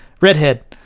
redhead